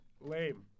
Lame